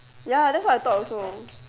ya that's what I thought also